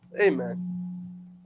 Amen